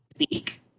speak